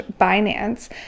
Binance